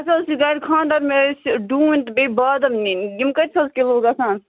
اَسہِ حظ چھِ گَرِ خانٛدَر مےٚ حظ چھِ ڈوٗنۍ تہٕ بیٚیہِ بادَم نِنۍ یِم کۭتِس حظ کِلوٗ گژھان